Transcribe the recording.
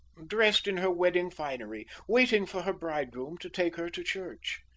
dressed in her wedding finery, waiting for her bridegroom to take her to church.